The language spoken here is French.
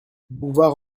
bouvard